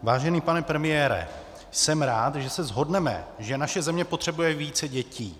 Vážený pane premiére, jsem rád, že se shodneme, že naše země potřebuje více dětí.